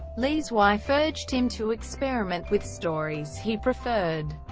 lee's wife urged him to experiment with stories he preferred,